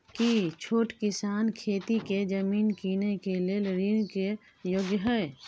की छोट किसान खेती के जमीन कीनय के लेल ऋण के योग्य हय?